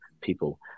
people